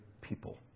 people